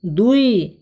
ଦୁଇ